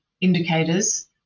indicators